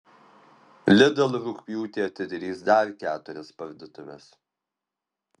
lidl rugpjūtį atidarys dar keturias parduotuves